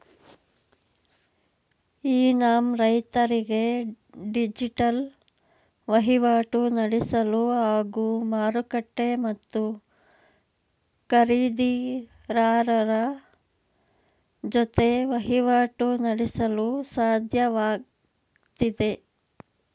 E NAM ರೈತರಿಗೆ digital ವಹಿವಾಟು ನಡೆಸಲು ಹಾಗೂ ಮಾರುಕಟ್ಟೆ ಮತ್ತು ಖರೀದಿರಾರರ ಜೊತೆ ವಹಿವಾಟು ನಡೆಸಲು ಸಾಧ್ಯವಾಗ್ತಿದೆ